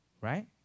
right